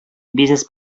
бизнес